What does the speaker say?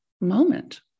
moment